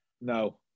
No